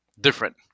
different